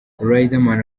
riderman